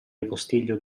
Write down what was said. ripostiglio